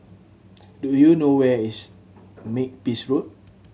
do you know where is Makepeace Road